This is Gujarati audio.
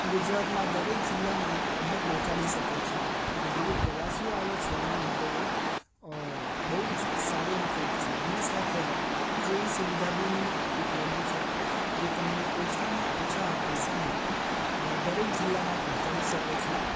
ગુજરાતમાં દરેક જીલામાં તમને પહોંચાડી શકે છે એટલે જે બી પ્રવાસીઓ આવે છે એમના માટે એ બહુ જ સારો વિકલ્પ છે એની સાથે ટ્રેન સુવિધા બી ઉપલબ્ધ છે જે તમને ઓછામાં ઓછા પૈસામાં દરેક જીલ્લામાં પહોંચાડી શકે છે